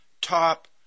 top